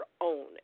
own